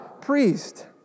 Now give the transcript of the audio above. priest